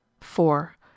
Four